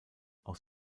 aus